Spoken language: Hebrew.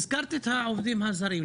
הזכרת את העובדים הזרים.